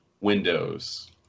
Windows